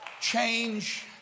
Change